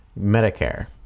Medicare